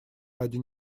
ради